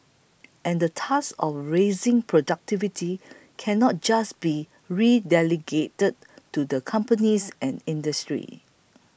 and the task of raising productivity cannot just be relegated to the companies and industry